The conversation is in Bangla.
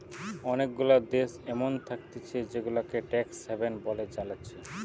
অনেগুলা দেশ এমন থাকতিছে জেগুলাকে ট্যাক্স হ্যাভেন বলে চালাচ্ছে